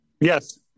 Yes